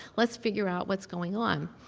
let's figure out what's going on.